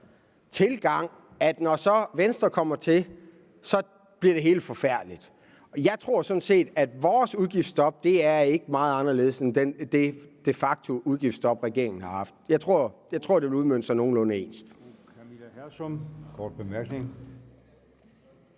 tilgang – at når Venstre kommer til, så bliver det hele forfærdeligt. Jeg tror sådan set, at vores udgiftsstop ikke er meget anderledes end det de facto-udgiftsstop, regeringen har haft. Jeg tror, det vil udmønte sig nogenlunde ens.